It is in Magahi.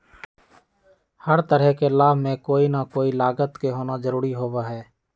हर तरह के लाभ में कोई ना कोई लागत के होना जरूरी होबा हई